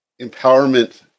empowerment